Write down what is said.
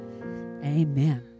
Amen